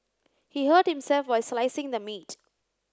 he hurt himself while slicing the meat